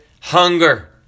hunger